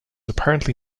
apparently